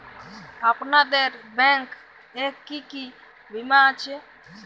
আপনাদের ব্যাংক এ কি কি বীমা আছে?